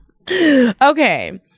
Okay